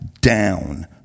down